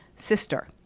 sister